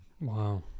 Wow